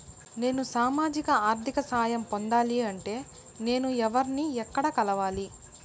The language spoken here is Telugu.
నేను సామాజిక ఆర్థిక సహాయం పొందాలి అంటే నేను ఎవర్ని ఎక్కడ కలవాలి?